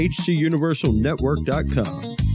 hcuniversalnetwork.com